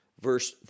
verse